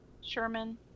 Sherman